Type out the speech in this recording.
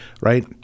right